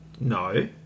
No